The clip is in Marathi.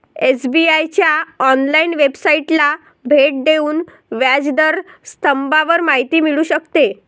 एस.बी.आए च्या ऑनलाइन वेबसाइटला भेट देऊन व्याज दर स्तंभावर माहिती मिळू शकते